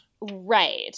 Right